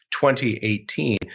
2018